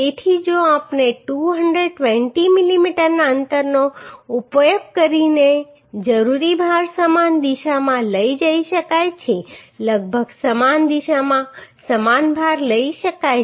તેથી જો આપણે 220 મિલીમીટરના અંતરનો ઉપયોગ કરીએ તો જરૂરી ભાર સમાન દિશામાં લઈ જઈ શકાય છે લગભગ સમાન દિશામાં સમાન ભાર લઈ શકાય છે